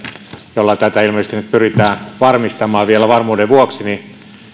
jolla tätä ilmeisesti nyt pyritään varmistamaan vielä varmuuden vuoksi kun